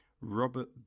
Robert